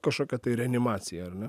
kažkokia tai reanimacija ar ne